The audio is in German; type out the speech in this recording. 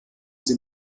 sie